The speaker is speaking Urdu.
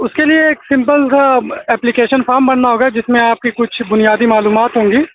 اس کے لیے ایک سمپل سا ایپلیکیشن فارم بھرنا ہوگا جس میں آپ کی کچھ بنیادی معلومات ہوں گی